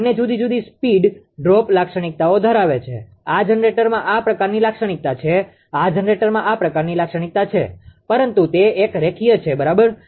બંને જુદી જુદી સ્પીડ ડ્રોપ લાક્ષણિકતાઓ ધરાવે છે આ જનરેટરમાં આ પ્રકારની લાક્ષણિકતા છે આ જનરેટરમાં આ પ્રકારની લાક્ષણિકતા છે પરંતુ તે એક રેખીય છે બરાબર